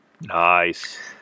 Nice